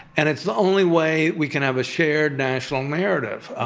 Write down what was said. and it's the only way we can have a shared national narrative,